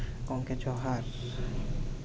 ᱜᱚᱢᱠᱮ ᱡᱚᱸᱦᱟᱨ